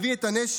הביא את הנשק,